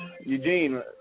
Eugene